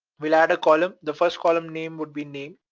we'll add a column. the first column name would be name,